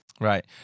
Right